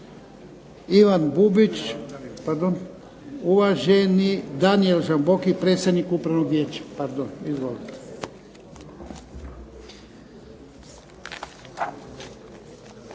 Da. Uvaženi Daniel Žamboki, predsjednik Upravnog vijeća.